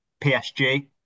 PSG